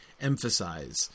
emphasize